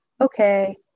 okay